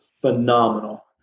phenomenal